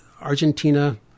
Argentina